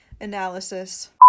analysis